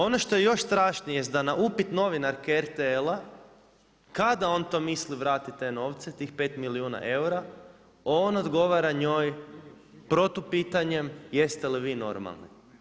Ono što je još strašnije da na upit novinarske RTL-a, kada on to misli vratiti te novce, tih 5 milijuna eura, on odgovara njoj protupitanjem „Jeste li vi normalni?